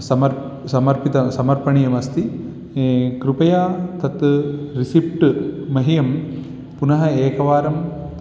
समर्प् समर्पितं समर्पणीयमस्ति कृपया तत् रिसिप्ट् मह्यं पुनः एकवारं